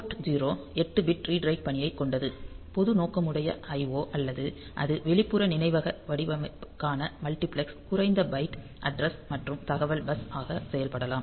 board 0 8 bit read write பணியைக் கொண்டது பொது நோக்கமுடைய IO அல்லது அது வெளிப்புற நினைவக வடிவமைப்பிற்கான மல்டிபிளெக்ஸ் குறைந்த பைட் அட்ரஸ் மற்றும் தகவல் பஸ் ஆக செயல்படலாம்